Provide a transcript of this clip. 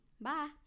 Bye